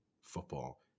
football